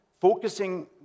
focusing